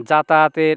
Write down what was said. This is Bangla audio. যাতায়াতের